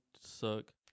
suck